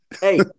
Hey